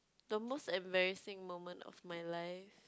the most embarrassing moment of my life